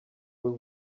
will